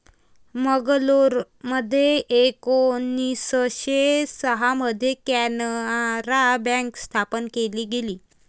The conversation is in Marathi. मंगलोरमध्ये एकोणीसशे सहा मध्ये कॅनारा बँक स्थापन केली गेली